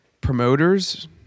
promoters